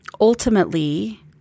Ultimately